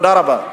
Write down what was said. תודה רבה.